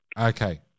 Okay